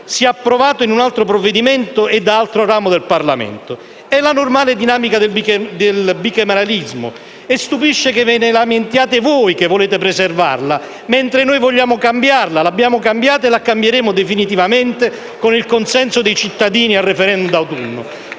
sia approvato in un altro provvedimento e da altro ramo del Parlamento: è la normale dinamica del bicameralismo e stupisce che ve ne lamentiate voi che volete preservarla; mentre noi vogliamo cambiarla, l'abbiamo cambiata e la cambieremo definitivamente con il consenso dei cittadini al *referendum* di autunno.